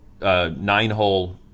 nine-hole